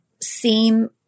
seem